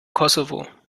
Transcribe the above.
kosovo